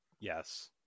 Yes